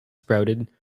sprouted